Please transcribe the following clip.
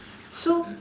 so